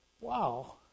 wow